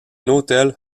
hôtel